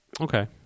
Okay